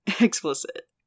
explicit